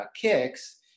Kicks